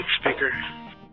speaker